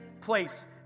place